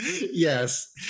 yes